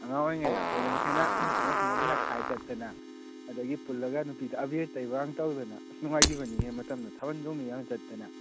ꯑꯉꯥꯡ ꯑꯣꯏꯔꯤꯉꯩꯗ ꯑꯩꯈꯣꯏ ꯃꯈꯩꯅ ꯌꯥꯎꯁꯪꯗ ꯄꯩꯁꯥ ꯈꯥꯏ ꯆꯠꯇꯅ ꯑꯗꯒꯤ ꯄꯨꯜꯂꯒ ꯅꯨꯄꯤꯗ ꯑꯕꯦꯔ ꯇꯩꯕ ꯑꯃ ꯇꯧꯗꯅ ꯑꯁ ꯅꯨꯡꯉꯥꯏꯈꯤꯕꯅꯤꯅꯦ ꯃꯇꯝꯗꯣ ꯊꯥꯕꯜ ꯆꯣꯡꯕꯒ ꯆꯠꯇꯅ